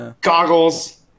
goggles